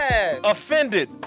offended